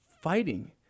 fighting